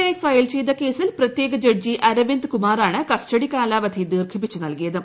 I file ചെയ്തി ക്ഷേസിൽ പ്രത്യേക ജഡ്ജി അരവിന്ദ് കുമാറാണ് കസ്റ്റഡി കാലാവധി ദീർഘിപ്പിച്ചു നൽകിയത്